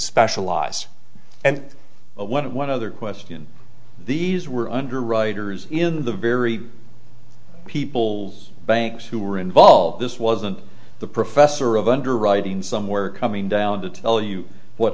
specialized and when one other question these were underwriters in the very people banks who were involved this wasn't the professor of underwriting somewhere coming down to tell you what